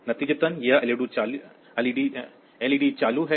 नतीजतन यह एलईडी चालू है